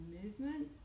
movement